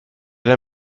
der